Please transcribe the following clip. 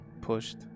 Pushed